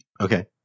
okay